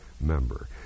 member